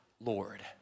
Lord